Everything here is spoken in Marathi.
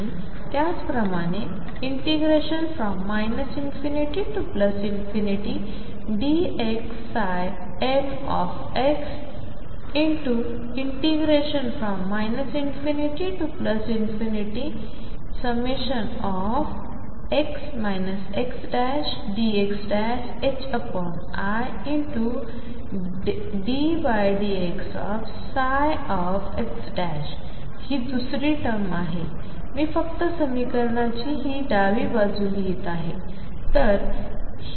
आणि त्याचप्रमाणे ∞dxmx ∞x xdxidnxdx हि दुसरी टर्म आहे मी फक्त समीकरणांची ही डावी बाजू लिहित आहे